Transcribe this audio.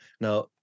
Now